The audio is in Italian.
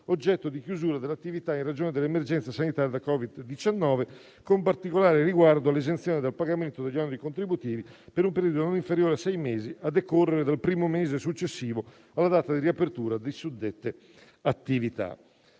oggetto di chiusura in ragione dell'emergenza sanitaria Covid-19, con particolare riguardo all'esenzione dal pagamento degli oneri contributivi per un periodo non inferiore a sei mesi a decorrere dal primo mese successivo alla data di apertura di suddette attività.